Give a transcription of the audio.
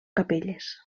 capelles